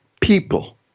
People